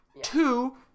Two